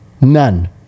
None